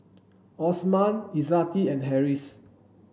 Osman Izzati and Harris